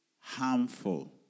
harmful